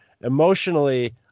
emotionally